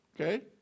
okay